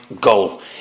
goal